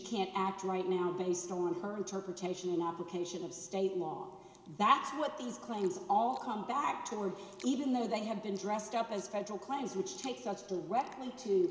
can't act right now based on her interpretation and application of state long that's what these claims all come back to are even though they have been dressed up as federal claims which takes us directly to